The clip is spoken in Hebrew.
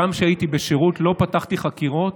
גם כשהייתי בשירות לא פתחתי חקירות,